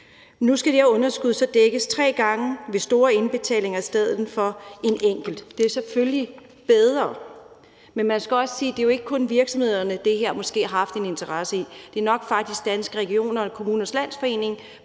Nu skal det her underskud så dækkes tre gange ved store indbetalinger i stedet for en enkelt. Det er selvfølgelig bedre, men man skal også sige, at det jo ikke kun er virksomhederne, som måske har haft interesse i det her, det er nok også Danske Regioner og Kommunernes Landsforening,